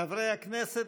חברי הכנסת,